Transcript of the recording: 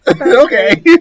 Okay